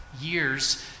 years